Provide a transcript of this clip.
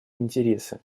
интересы